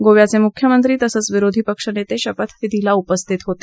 गोव्याचे मुख्यमंत्री तसंच विरोधी पक्षनेते शपथविधीला उपस्थित होते